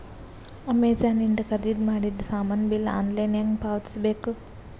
Amazon ಇಂದ ಖರೀದಿದ ಮಾಡಿದ ಸಾಮಾನ ಬಿಲ್ ಆನ್ಲೈನ್ ಹೆಂಗ್ ಪಾವತಿಸ ಬೇಕು?